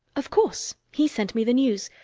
of course he sent me the news.